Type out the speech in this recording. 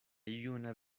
juna